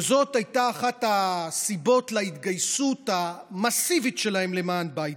וזאת הייתה אחת הסיבות להתגייסות המסיבית שלהם למען ביידן.